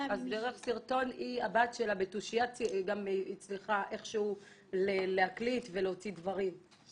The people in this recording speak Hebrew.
אז דרך סרטון הבת שלה בתושייה גם הצליחה איכשהו להקליט ולהוציא דברים,